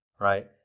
right